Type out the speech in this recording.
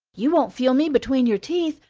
you won't feel me between your teeth.